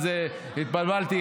התבלבלתי,